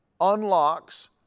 unlocks